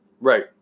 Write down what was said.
right